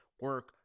Work